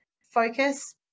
focus